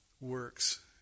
works